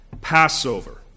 Passover